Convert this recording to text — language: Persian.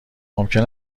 ممکن